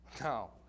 No